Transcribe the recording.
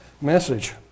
message